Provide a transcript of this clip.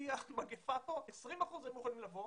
בשיא המגפה, מוכנים לבוא